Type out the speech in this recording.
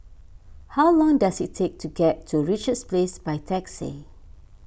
how long does it take to get to Richards Place by taxi